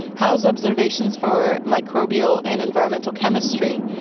house observations for microbial and environmental chemistry.